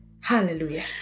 Hallelujah